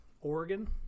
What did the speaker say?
Oregon